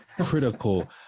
critical